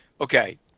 Okay